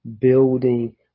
building